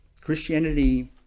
christianity